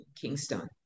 Kingston